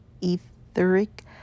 etheric